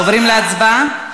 עוברים להצבעה?